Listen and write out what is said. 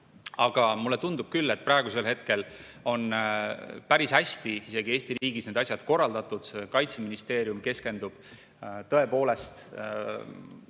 Aga mulle tundub küll, et praegusel hetkel on päris hästi isegi Eesti riigis need asjad korraldatud. Kaitseministeerium keskendub tõepoolest